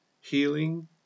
healing